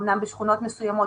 אמנם בשכונות מסוימות,